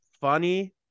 funny